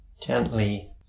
gently